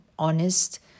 honest